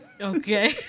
Okay